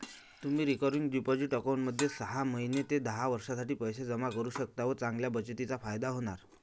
तुम्ही recurring deposit अकाउंटमध्ये सहा महिने ते दहा वर्षांसाठी पैसे जमा करू शकता व चांगल्या बचतीचा फायदा होणार